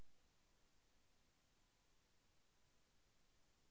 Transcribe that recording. ఋణం పొందటానికి ఎవరిని సంప్రదించాలి?